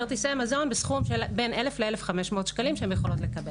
כרטיסי מזון בסכום שבין 1,000 שקל ל-1,500 שקל שהן יכולות לקבל.